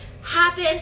happen